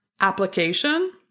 application